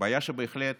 בעיה שבהחלט